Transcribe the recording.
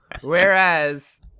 Whereas